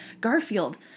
Garfield